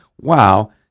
wow